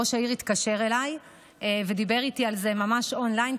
ראש העיר התקשר אליי ודיבר איתי על זה ממש און-ליין,